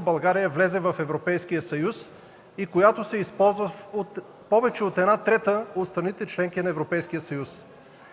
България влезе в Европейския съюз и която се използва в повече от една трета от страните – членки на Европейския съюз.